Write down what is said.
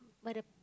but the